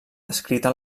descrita